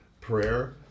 prayer